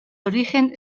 origen